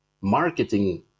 marketing